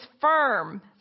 firm